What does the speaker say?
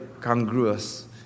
congruous